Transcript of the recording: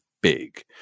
big